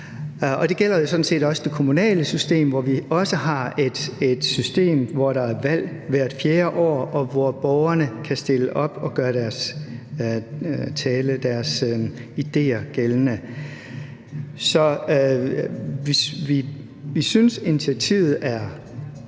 set også det kommunale system, hvor der også er valg hvert fjerde år, og hvor borgerne kan stille op og gøre deres idéer gældende. Så vi synes, initiativet er